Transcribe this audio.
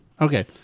okay